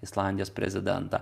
islandijos prezidentą